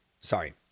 Sorry